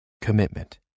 Commitment